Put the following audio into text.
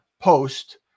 post